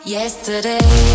Yesterday